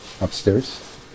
upstairs